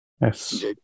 Yes